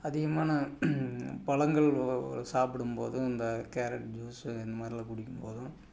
அதிகமான பழங்கள் சாப்பிடும் போதும் இந்த கேரட் ஜூஸு இந்த மாதிரிலாம் குடிக்கும் போதும்